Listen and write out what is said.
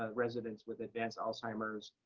ah residents, with advanced alzheimer's,